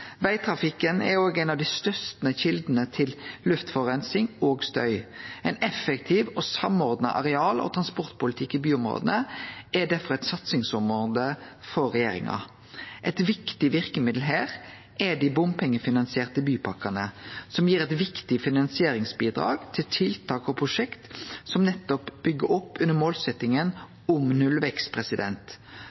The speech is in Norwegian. Vegtrafikken er òg ei av dei største kjeldene til luftforureining og støy. Ein effektiv og samordna areal- og transportpolitikk i byområda er derfor eit satsingsområde for regjeringa. Eit viktig verkemiddel her er dei bompengefinansierte bypakkene, som gir eit viktig finansieringsbidrag til tiltak og prosjekt som nettopp byggjer opp under målsetjinga om nullvekst.